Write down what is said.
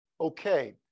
Okay